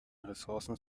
ressourcen